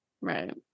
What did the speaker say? right